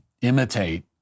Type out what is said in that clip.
imitate